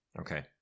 Okay